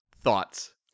Thoughts